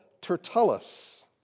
Tertullus